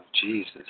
Jesus